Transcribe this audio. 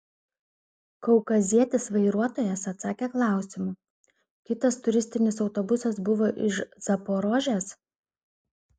kaukazietis vairuotojas atsakė klausimu kitas turistinis autobusas buvo iš zaporožės